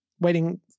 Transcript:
waiting